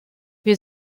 wir